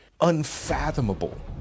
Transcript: unfathomable